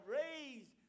raised